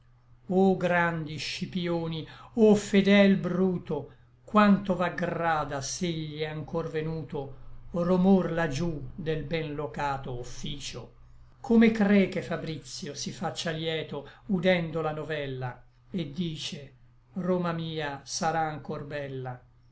o grandi scipïoni o fedel bruto quanto v'aggrada s'egli è anchor venuto romor là giú del ben locato officio come cre che fabritio si faccia lieto udendo la novella et dice roma mia sarà anchor bella